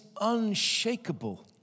unshakable